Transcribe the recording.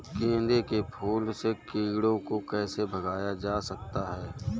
गेंदे के फूल से कीड़ों को कैसे भगाया जा सकता है?